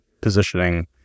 positioning